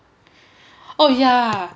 oh yeah